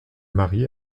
marié